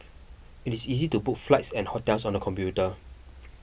it is easy to book flights and hotels on the computer